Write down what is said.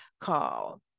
call